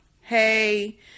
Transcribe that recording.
Hey